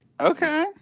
Okay